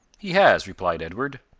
he has, replied edward,